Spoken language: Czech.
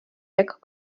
jak